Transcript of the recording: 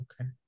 Okay